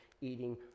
eating